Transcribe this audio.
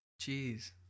Jeez